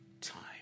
time